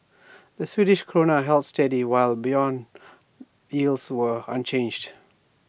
the Swedish Krona held steady while Bond yields were unchanged